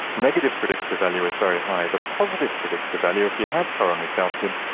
negative predictive value is very high. the positive predictive value, if you have coronary calcium,